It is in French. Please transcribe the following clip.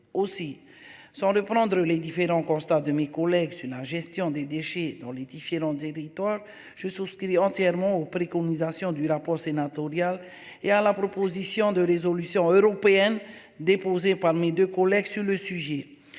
aussi selon le prendre les différents constats de mes collègues sur la gestion des déchets dans les différents territoires je souscris entièrement aux préconisations du rapport sénatorial et à la proposition de résolution européenne déposée par mes deux collègues sur le sujet.